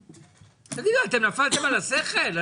תגידו, אתם נפלתם על השכל?